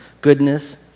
goodness